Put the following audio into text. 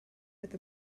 with